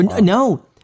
No